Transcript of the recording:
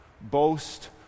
boast